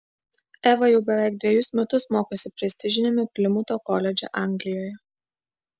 eva jau beveik dvejus metus mokosi prestižiniame plimuto koledže anglijoje